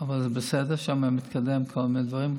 בסדר שם, ומתקדמים כל מיני דברים.